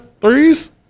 threes